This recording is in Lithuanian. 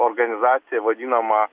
organizacija vadinama